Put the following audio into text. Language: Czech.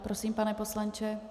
Prosím, pane poslanče.